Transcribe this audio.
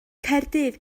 caerdydd